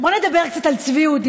בואו נדבר קצת על צביעות.